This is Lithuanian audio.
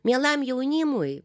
mielam jaunimui